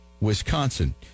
Wisconsin